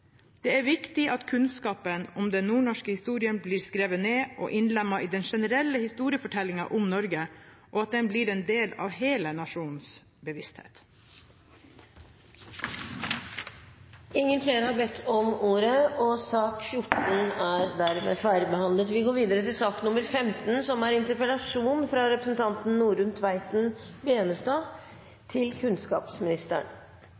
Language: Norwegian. Det er viktig at kunnskapen om den nordnorske historien blir skrevet ned og innlemmet i den generelle historiefortellingen om Norge, og at den blir en del av hele nasjonens bevissthet. Flere har ikke bedt om ordet til sak nr. 14. Som utdanningspolitiker har jeg reist mye rundt på skoler og sett hvordan pc-er, iPad-er og nettbrett har blitt en del av hverdagen. Det er grunn til